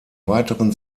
weiteren